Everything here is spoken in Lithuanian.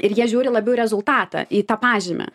ir jie žiūri labiau rezultatą į tą pažymį